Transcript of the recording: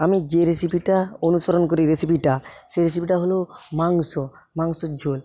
আমি যে রেসিপিটা অনুসরণ করি রেসিপিটা সেই রেসিপিটা হল মাংস মাংসের ঝোল